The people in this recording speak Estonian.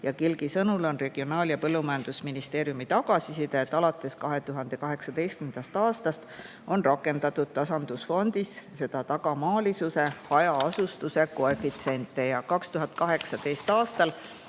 Kilgi sõnul on Regionaal- ja Põllumajandusministeeriumi tagasiside, et alates 2018. aastast on rakendatud tasandusfondis tagamaalisuse, hajaasustuse koefitsienti: 2018. aastal